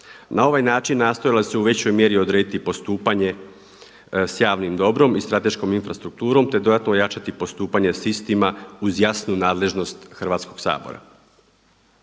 Na ovaj način nastojala se u većoj mjeri odrediti postupanje s javnim dobrom i strateškom infrastrukturom, te dodatno ojačati postupanje sa istima uz jasnu nadležnost Hrvatskog sabora.